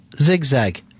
zigzag